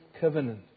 covenant